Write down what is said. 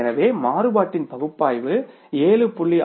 எனவே மாறுபாட்டின் பகுப்பாய்வு 7